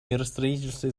миростроительство